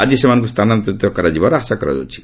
ଆଜି ସେମାନଙ୍କୁ ସ୍ଥାନାନ୍ତରିତ କରାଯିବାର ଆଶା କରାଯାଉଛି